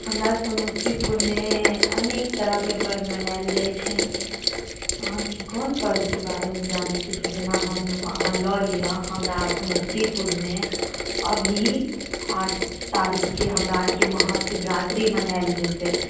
हमरा समस्तीपुरमे अनेक तरहके पर्व मनाएल जाइत छै अहाँके कोन पर्वके बारेमे जानैके छै जेना हम अहाँ लऽ लिअ हमरा समस्तीपुरमे अभी आठ तारिखके यऽ हमरा आर के महाशिवरात्रि मनाएल जेतैक